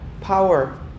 Power